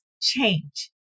change